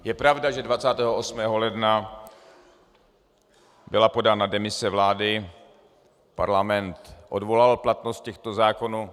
Je pravda, že 28. ledna byla podána demise vlády, parlament odvolal platnost těchto zákonů.